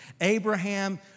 Abraham